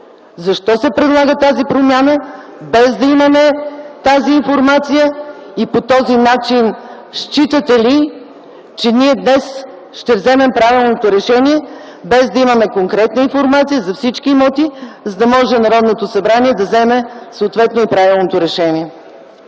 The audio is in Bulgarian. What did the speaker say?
Защо се предлага тази промяна без да имаме тази информация? По този начин считате ли, че ние днес ще вземем правилното решение, без да имаме конкретна информация за всички имоти, за да може Народното събрание да вземе съответно и правилното решение.